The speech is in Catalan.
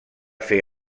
fer